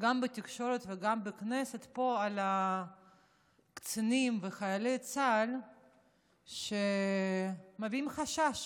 גם בתקשורת וגם בכנסת פה על הקצינים וחיילי צה"ל שמביעים חשש